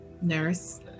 nurse